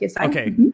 Okay